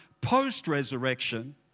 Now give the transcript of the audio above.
post-resurrection